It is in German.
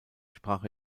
sprach